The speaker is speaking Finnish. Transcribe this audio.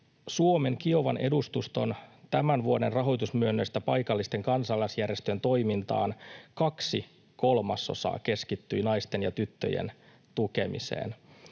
Suomen Kiovan-edustuston tämän vuoden rahoitusmyönnöistä paikallisten kansalaisjärjestöjen toimintaan kaksi kolmasosaa keskittyi naisten ja tyttöjen tukemiseen.